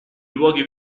luoghi